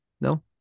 No